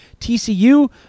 TCU